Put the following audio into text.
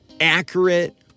accurate